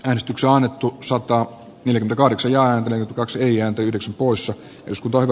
äänestykseannetun sotaa niinko yksinään kaksi ja pyydys poissa osku torro